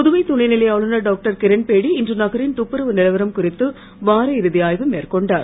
புதுவை துணைநிலை ஆளுநர் டாக்டர் கிரண்பேடி இன்று நகரின் துப்புரவு நிலவரம் குறித்து வார இறுதி ஆய்வு மேற்கொண்டார்